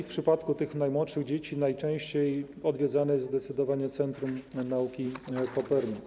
W przypadku najmłodszych dzieci najczęściej odwiedzane jest zdecydowanie Centrum Nauki Kopernik.